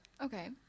Okay